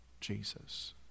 Jesus